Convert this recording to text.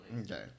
okay